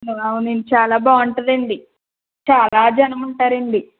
అవును చాలా బాగుంటుందండి చాలా జనముంటారండి